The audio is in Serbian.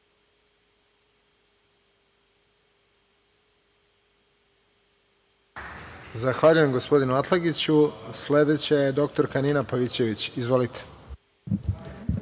Zahvaljujem gospodinu Atlagiću. Sledeća je dr Nina Pavićević. Izvolite.